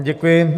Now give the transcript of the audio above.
Děkuji.